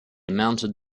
mounted